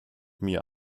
mir